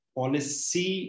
policy